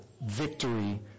victory